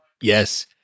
Yes